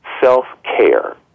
self-care